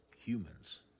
humans